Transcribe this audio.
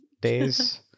days